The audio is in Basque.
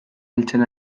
heltzen